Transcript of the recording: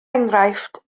enghraifft